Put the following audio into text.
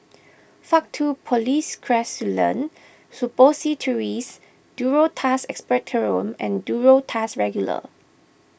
Faktu Policresulen Suppositories Duro Tuss Expectorant and Duro Tuss Regular